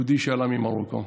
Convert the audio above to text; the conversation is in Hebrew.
יהודי שעלה ממרוקו,